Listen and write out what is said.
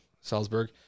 Salzburg